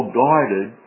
guided